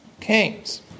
kings